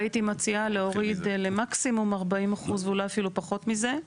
והייתי מציעה להוריד למקסימום ארבעים אחוז ואולי אפילו פחות מזה.